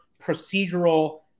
procedural